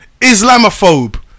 Islamophobe